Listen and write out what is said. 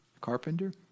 Carpenter